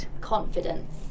Confidence